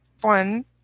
one